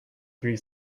three